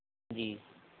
जी